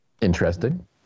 Interesting